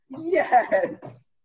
Yes